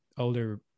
older